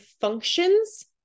functions